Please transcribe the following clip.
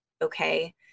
Okay